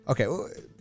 Okay